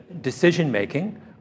decision-making